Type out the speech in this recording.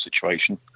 situation